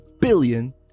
billion